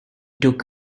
took